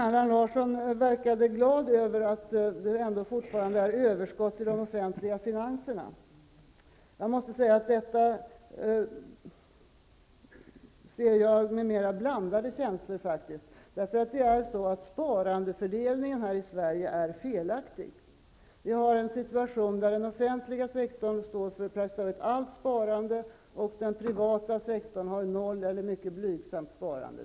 Allan Larsson verkade glad över att det ändå fortfarande är överskott i de offentliga finanserna. Jag ser detta med mer blandade känslor eftersom sparandefördelningen här i Sverige är felaktig. Vi har en situation där den offentliga sektorn står för praktiskt taget allt sparande och där den privata sektorn har noll eller mycket blygsamt sparande.